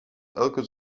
elke